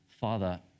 Father